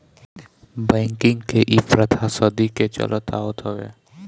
banking के इ प्रथा सदी के चलत आवत हवे